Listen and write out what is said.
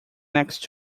next